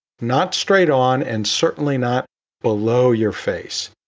not straight on and certainly not below your face.